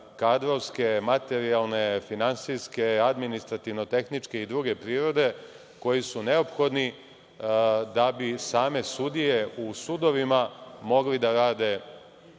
kadrovske, materijalne, finansijske, administrativno-tehničke i druge prirode, koji su neophodni da bi same sudije u sudovima mogli da rade